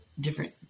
different